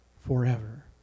forever